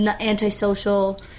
antisocial